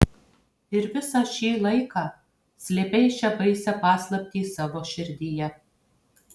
ir visą šį laiką slėpei šią baisią paslaptį savo širdyje